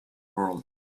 world